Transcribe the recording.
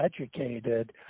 educated